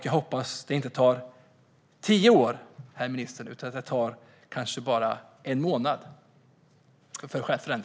Jag hoppas att detta inte tar tio år, herr minister, utan kanske bara en månad.